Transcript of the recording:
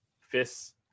fists